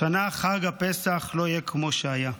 השנה חג הפסח לא יהיה כמו שהיה.